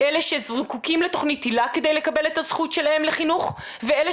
אלה שזקוקים לתכנית היל"ה כדי לקבל את הזכות שלהם לחינוך ואלה